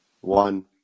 one